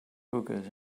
hookahs